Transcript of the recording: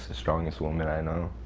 strongest woman i know.